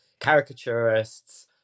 caricaturists